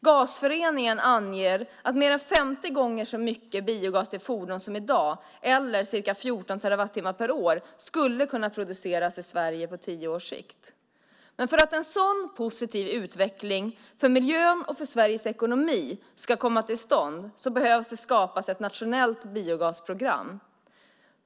Gasföreningen anger att mer än 50 gånger så mycket biogas till fordon som i dag eller ca 14 terawattimmar per år skulle kunna produceras i Sverige på tio års sikt. Men för att en sådan positiv utveckling för miljön och för Sveriges ekonomi ska komma till stånd behöver ett nationellt biogasprogram skapas.